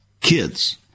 Kids